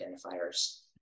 identifiers